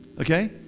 Okay